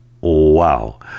Wow